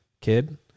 kid